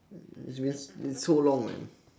mm it's been it's so long man